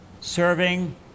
serving